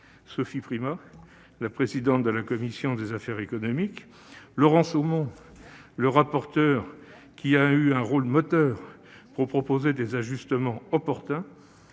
Sophie Primas, la présidente de la commission des affaires économiques, Laurent Somon, notre rapporteur qui a eu un rôle moteur pour proposer des ajustements opportuns,